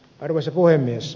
arvoisa puhemies